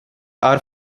are